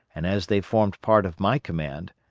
and as they formed part of my command,